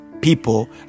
people